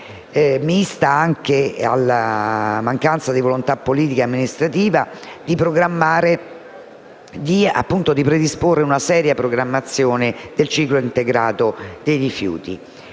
mista anche alla mancanza di volontà politica e amministrativa, di predisporre una seria programmazione del ciclo integrato dei rifiuti.